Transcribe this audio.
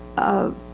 of,